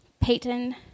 Peyton